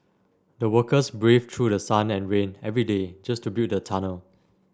the workers braved through sun and rain every day just to build the tunnel